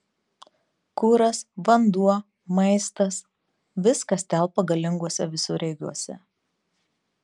kuras vanduo maistas viskas telpa galinguose visureigiuose